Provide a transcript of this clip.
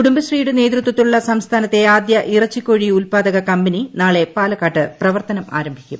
കുടുംബശ്രീയുടെ നേതൃത്വത്തിലുളള സംസ്ഥാനത്തെ ആദ്യ ഇറച്ചിക്കോഴി ഉത്പാദക കമ്പനി നാളെ പാലക്കാട്ട് പ്രവർത്തനം ആരംഭിക്കും